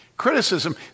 criticism